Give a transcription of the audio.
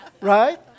Right